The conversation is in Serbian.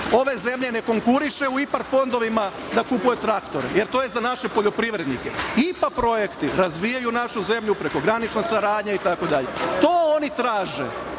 ove zemlje ne konkuriše u IPARD fondovima da kupuje traktore, jer to je za naše poljoprivrednike. IPA projekti razvijaju našu zemlju, prekogranična saradnja, itd. To oni traže.